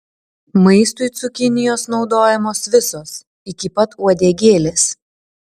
maistui cukinijos naudojamos visos iki pat uodegėlės